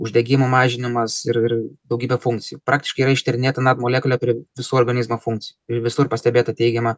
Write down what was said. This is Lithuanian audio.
uždegimų mažinimas ir ir daugybę funkcijų praktiškai yra ištyrinėta nad molekulė prie visų organizmo funkcijų ir visur pastebėta teigiama